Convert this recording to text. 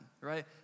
right